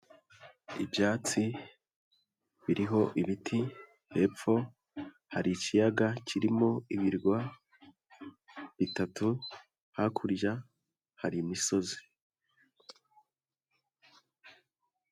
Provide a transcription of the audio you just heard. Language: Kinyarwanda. Ibyatsi, biriho ibiti, hepfo hari ikiyaga kirimo ibirwa bitatu, hakurya hari imisozi.